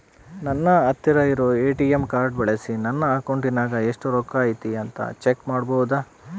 ನನ್ನ ಹತ್ತಿರ ಇರುವ ಎ.ಟಿ.ಎಂ ಕಾರ್ಡ್ ಬಳಿಸಿ ನನ್ನ ಅಕೌಂಟಿನಾಗ ಎಷ್ಟು ರೊಕ್ಕ ಐತಿ ಅಂತಾ ಚೆಕ್ ಮಾಡಬಹುದಾ?